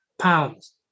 pounds